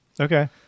Okay